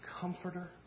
Comforter